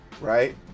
right